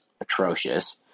atrocious